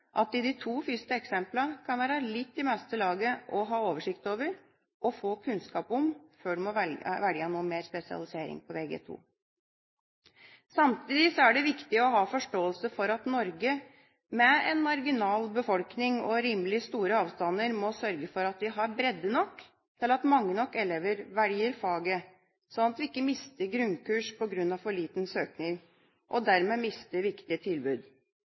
at det i de to første eksemplene kan være litt i meste laget å ha oversikt over og få kunnskap om før du må velge noe mer spesialisering på Vg2. Samtidig er det viktig å ha forståelse for at Norge – med en marginal befolkning og rimelig store avstander – må sørge for at vi har bredde nok til at mange nok elever velger faget, slik at vi ikke mister grunnkurs på grunn av for liten søkning og dermed mister viktige tilbud.